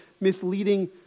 misleading